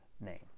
name